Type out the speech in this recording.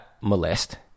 molest